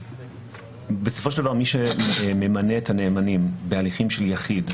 בסופו של דבר מי שממנה את הנאמנים בהליכים של יחיד,